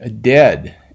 dead